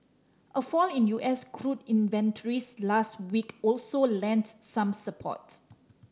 a fall in U S crude inventories last week also lent some support